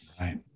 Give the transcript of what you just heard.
Right